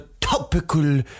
topical